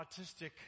autistic